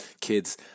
Kids